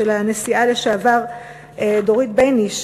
של הנשיאה לשעבר דורית בייניש,